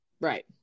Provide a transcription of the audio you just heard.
Right